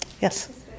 Yes